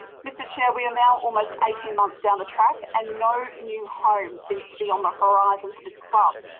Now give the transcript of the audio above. mr chair, we are now almost eighteen months down the track and no new home seems to be on the horizon for this club.